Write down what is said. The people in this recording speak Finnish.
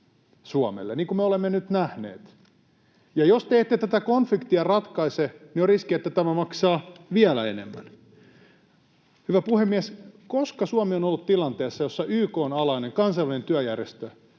Suomelle, niin kuin me olemme nyt nähneet. Ja jos te ette tätä konfliktia ratkaise, niin on riski, että tämä maksaa vielä enemmän. Hyvä puhemies! Koska Suomi on ollut tilanteessa, jossa YK:n alainen Kansainvälinen työjärjestö